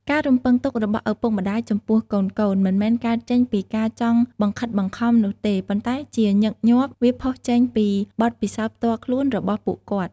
ការរំពឹងទុករបស់ឪពុកម្ដាយចំពោះកូនៗ មិនមែនកើតចេញពីការចង់បង្ខិតបង្ខំនោះទេ ប៉ុន្តែជាញឹកញាប់វាផុសចេញពី បទពិសោធន៍ផ្ទាល់ខ្លួន របស់ពួកគាត់។